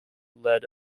led